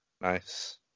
Nice